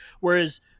Whereas